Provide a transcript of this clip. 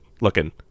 looking